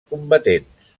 combatents